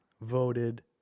voted